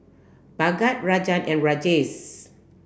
Bhagat Rajan and Rajesh